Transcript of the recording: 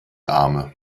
arme